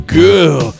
girl